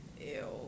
Ew